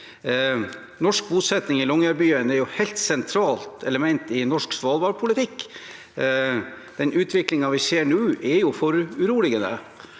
Norsk bosetting i Longyearbyen er et helt sentralt element i norsk svalbardpolitikk. Den utviklingen vi ser nå, er foruroligende